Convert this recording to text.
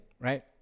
right